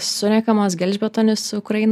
surenkamas gelžbetonis ukrainoj